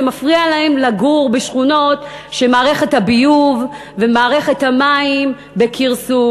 זה מפריע להם לגור בשכונות שמערכת הביוב ומערכת המים בכרסום